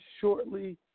shortly